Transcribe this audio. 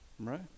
right